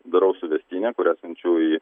darau suvestinę kurią siunčiu į